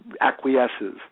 acquiesces